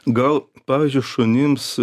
gal pavyzdžiui šunims